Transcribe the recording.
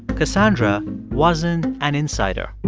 cassandra wasn't an insider.